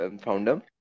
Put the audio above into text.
founder